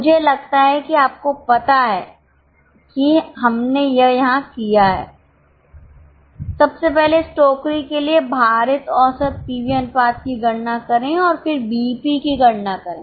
मुझे लगता है कि आपको पता है कि हमने यह यहां किया है सबसे पहले इस टोकरी के लिए भारित औसत पीवी अनुपात की गणना करें और फिर बीईपी की गणना करें